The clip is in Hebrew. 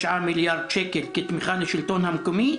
מיליארד שקלים כתמיכה לשלטון המקומי,